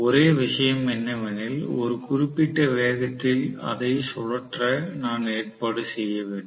ஒரே விஷயம் என்னவெனில் ஒரு குறிப்பிட்ட வேகத்தில் அதை சுழற்ற நான் ஏற்பாடு செய்ய வேண்டும்